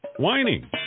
whining